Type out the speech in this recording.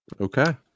Okay